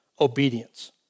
obedience